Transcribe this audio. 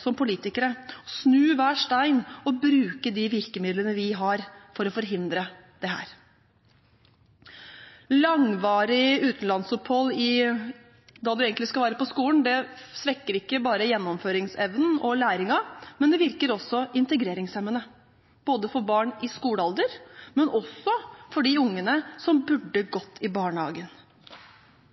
som politikere å snu hver stein og bruke de virkemidlene vi har, for å forhindre dette. Langvarig utenlandsopphold når man egentlig skal være på skolen, svekker ikke bare gjennomføringsevnen og læringen, men det virker også integreringshemmende, både for barn i skolealder og også for de ungene som burde gått i barnehagen.